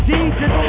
Jesus